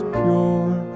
pure